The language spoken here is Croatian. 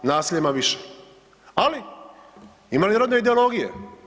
Nasilja ima više, ali ima li rodne ideologije?